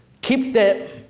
keep the,